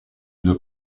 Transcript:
une